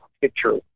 picture